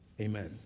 amen